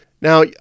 Now